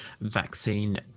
vaccine